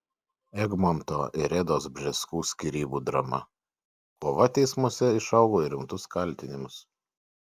egmonto ir redos bžeskų skyrybų drama kova teismuose išaugo į rimtus kaltinimus